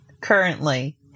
currently